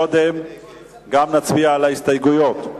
קודם גם נצביע על ההסתייגויות.